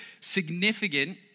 significant